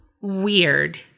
weird